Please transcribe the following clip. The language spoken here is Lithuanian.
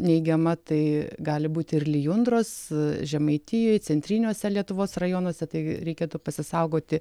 neigiama tai gali būti ir lijundros žemaitijoj centriniuose lietuvos rajonuose tai reikėtų pasisaugoti